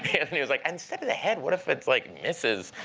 anthony was like, and instead of the head, what if it, like, misses?